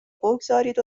بگذارید